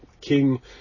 king